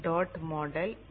dot model 0